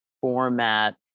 format